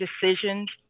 decisions